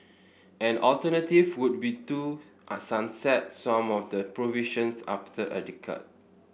an alternative would be to a sunset some of the provisions after a